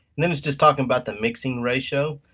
and then it's just talking about the mixing ratio.